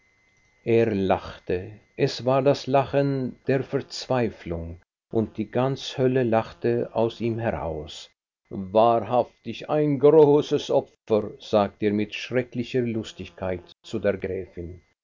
er lachte es war das lachen der verzweiflung und die ganze hölle lachte aus ihm heraus wahrhaftig ein großes opfer sagte er mit schrecklicher lustigkeit zu der gräfin